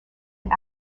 and